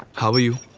how are you?